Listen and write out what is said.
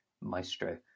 maestro